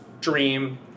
dream